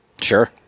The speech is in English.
Sure